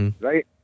right